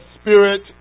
spirit